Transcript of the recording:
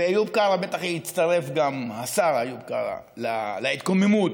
ואיוב קרא בטח יצטרף, השר איוב קרא, להתקוממות